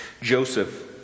Joseph